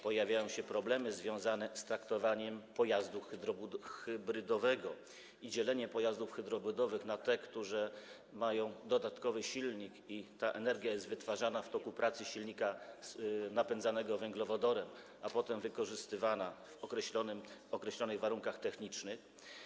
Pojawiają się problemy związane z traktowaniem pojazdu hybrydowego i dzieleniem pojazdów hybrydowych, a chodzi o te, które mają dodatkowy silnik, i ta energia jest wytwarzana w toku pracy silnika napędzanego węglowodorem, a potem wykorzystywana w określonych warunkach technicznych.